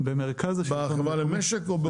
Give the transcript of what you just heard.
בחברה למשק וכלכלה?